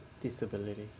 Disability